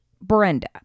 Brenda